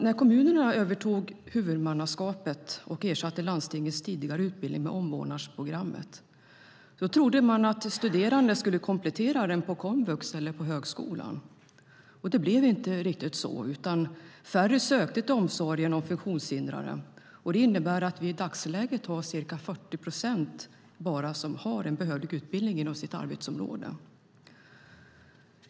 När kommunerna övertog huvudmannaskapet och ersatte landstingets tidigare utbildning med omvårdnadsprogrammet trodde man att studerande skulle komplettera den på komvux eller på högskolan. Det blev inte riktigt så, utan färre sökte till utbildningen inom omsorgen om funktionshindrade. Det innebär att vi i dagsläget bara har ca 40 procent som har behörig utbildning inom sitt arbetsområde.